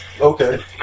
Okay